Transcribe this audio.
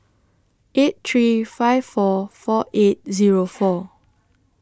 eight three five four four eight Zero four